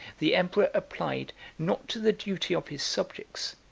the emperor applied, not to the duty of his subjects,